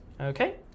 Okay